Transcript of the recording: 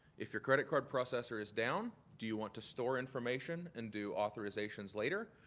if your credit card processor is down, do you want to store information and do authorizations later?